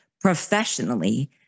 professionally